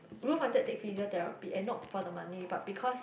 Ruth wanted take physiotherapy and not for the money but because